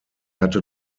hatte